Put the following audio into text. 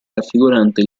raffigurante